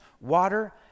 water